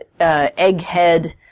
egghead